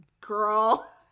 Girl